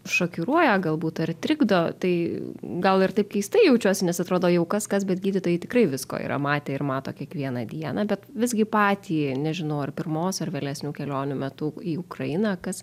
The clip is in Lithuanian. šokiruoja galbūt ar trikdo tai gal ir taip keistai jaučiuosi nes atrodo jau kas kas bet gydytojai tikrai visko yra matę ir mato kiekvieną dieną bet visgi patį nežinau ar pirmos ar vėlesnių kelionių metu į ukrainą kas